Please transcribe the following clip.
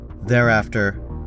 Thereafter